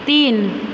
तीन